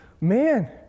man